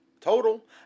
Total